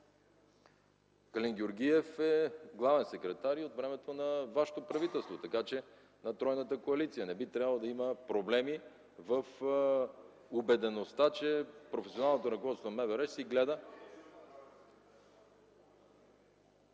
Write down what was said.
Калин Георгиев е главен секретар и от времето на вашето правителство на тройната коалиция, така че не би трябвало да има проблеми в убедеността, че професионалното ръководство на МВР си гледа ....